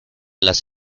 las